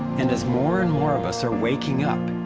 and as more and more of us are waking up,